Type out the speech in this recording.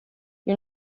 you